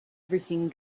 everything